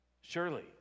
Surely